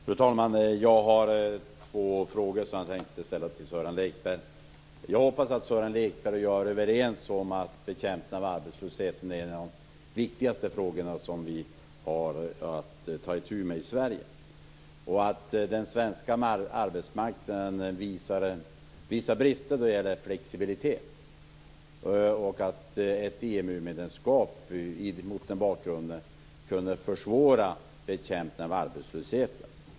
Fru talman! Jag har två frågor som jag tänkte ställa till Sören Lekberg. Jag hoppas att Sören Lekberg och jag är överens om att bekämpningen av arbetslösheten är en av de viktigaste frågor som vi har att ta itu med i Sverige och att den svenska arbetsmarknaden visar vissa brister då det gäller flexibilitet. Ett EU-medlemskap kan mot den bakgrunden försvåra bekämpningen av arbetslösheten.